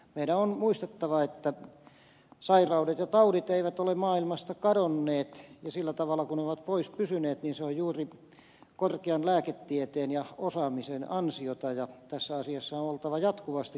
meidän on muistettava että sairaudet ja taudit eivät ole maailmasta kadonneet ja sillä tavalla kuin ne ovat pois pysyneet niin se on juuri korkean lääketieteen ja osaamisen ansiota ja tässä asiassa on oltava jatkuvasti kehityksen kärjessä